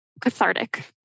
cathartic